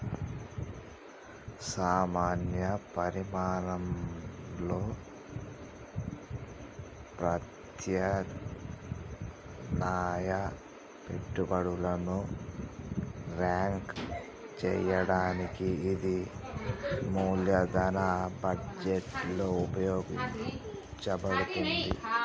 సమాన పరిమాణంలో ప్రత్యామ్నాయ పెట్టుబడులను ర్యాంక్ చేయడానికి ఇది మూలధన బడ్జెట్లో ఉపయోగించబడతాంది